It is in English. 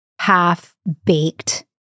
half-baked